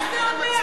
מה זה אומר?